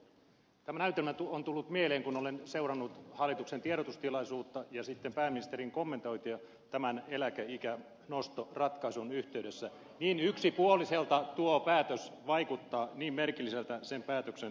tämä näytelmä on tullut mieleen kun olen seurannut hallituksen tiedotustilaisuutta ja sitten pääministerin kommentointia tämän eläkeikänostoratkaisun yhteydessä niin yksipuoliselta tuo päätös vaikuttaa niin merkilliseltä sen päätöksen valmistelu